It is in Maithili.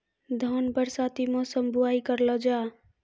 धान बरसाती मौसम बुवाई करलो जा?